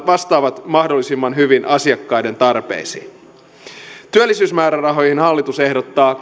vastaavat mahdollisimman hyvin asiakkaiden tarpeisiin työllisyysmäärärahoihin hallitus ehdottaa